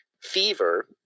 fever